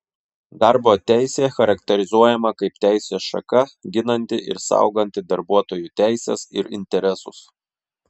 darbo teisė charakterizuojama kaip teisės šaka ginanti ir sauganti darbuotojų teises ir interesus